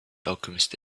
alchemist